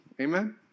Amen